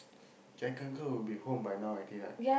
Jack Uncle will be home by now already right